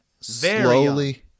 slowly